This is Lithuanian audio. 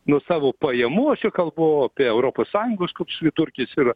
nuo savo pajamų aš čia kalbu apie europos sąjungos koks čia vidurkis yra